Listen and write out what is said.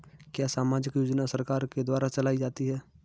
क्या सामाजिक योजना सरकार के द्वारा चलाई जाती है?